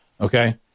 Okay